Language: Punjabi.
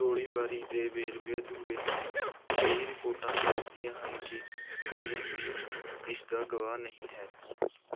ਗੋਲੀਬਾਰੀ ਦੇ ਵੇਰਵੇ ਅਧੂਰੇ ਹਨ ਕਈ ਰਿਪੋਰਟਾਂ ਦੱਸਦੀਆਂ ਹਨ ਕਿ ਕੋਈ ਵੀ ਇਸਦਾ ਗਵਾਹ ਨਹੀਂ ਹੈ